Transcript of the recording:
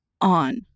on